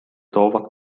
toovad